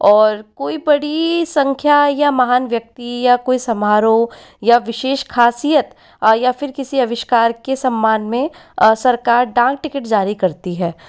और कोई बड़ी संख्या या महान व्यक्ति या कोई समारोह या विशेष खासियत या फिर किसी आविष्कार के सम्मान में सरकार डाक टिकट जारी करती है